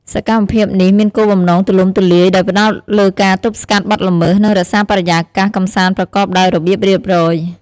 សកម្មភាពនេះមានគោលបំណងទូលំទូលាយ ដោយផ្តោតលើការទប់ស្កាត់បទល្មើស និងរក្សាបរិយាកាសកម្សាន្តប្រកបដោយរបៀបរៀបរយ។